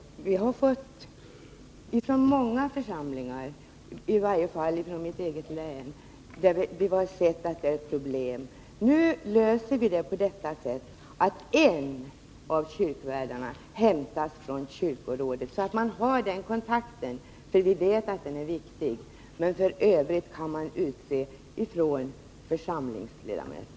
I många församlingar —i varje fall i mitt eget län — har vi sett att detta är ett problem. Nu löser vi problemet på så sätt att en av kyrkvärdarna hämtas från kyrkorådet, så att man får den kontakten — vi vet att den är viktig. Men f. ö. kan man utse kyrkvärdar bland församlingsmedlemmar.